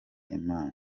imana